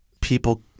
People